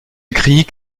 krieg